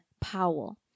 Powell